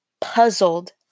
puzzled